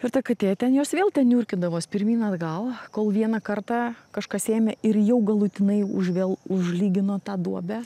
ir ta katė ten jos vėl ten niurkydavos pirmyn atgal kol vieną kartą kažkas ėmė ir jau galutinai už vėl užlygino tą duobę